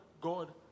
God